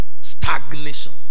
stagnation